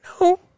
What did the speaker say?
No